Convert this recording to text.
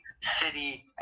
City